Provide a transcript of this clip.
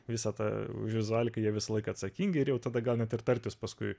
visą tą vizualiką jie visąlaik atsakingi ir jau tada gal net ir tartis paskui